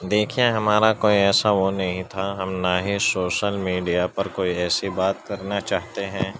دیکھیں ہمارا کوئی ایسا وہ نہیں تھا ہم نہ ہی سوشل میڈیا پر کوئی ایسی بات کرنا چاہتے ہیں